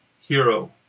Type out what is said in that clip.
hero